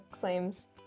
claims